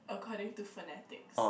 according to phonetics